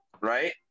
Right